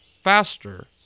faster